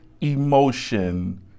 emotion